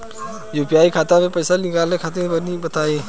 UPI खाता से पइसा कइसे निकली तनि बताई?